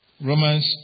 Romans